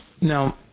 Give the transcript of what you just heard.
Now